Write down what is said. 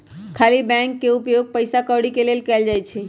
खाली बैंक के उपयोग पइसा कौरि के लेल कएल जाइ छइ